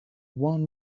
want